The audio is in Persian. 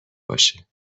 باشه